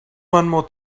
one